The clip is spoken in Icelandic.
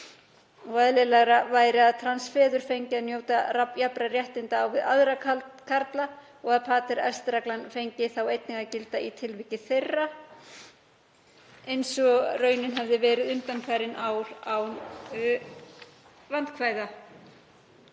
Eðlilegra væri að trans feður fengju að njóta jafnra réttinda á við aðra karla og að pater est-reglan fengi þá einnig að gilda í tilviki þeirra, eins og hefði verið raunin undanfarin ár án vandræða.